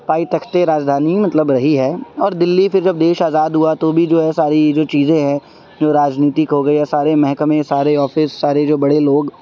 پائی تخت راجدھانی مطلب رہی ہے اور دلی پھر جب دیش آزاد ہوا تو بھی جو ہے ساری جو چیزیں ہیں جو راجنیتک ہو گئے یا سارے محلمے سارے آفس سارے جو بڑے لوگ